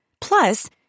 Plus